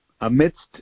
amidst